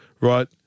right